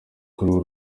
urwo